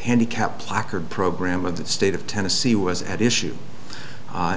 handicap placard program of the state of tennessee was at issue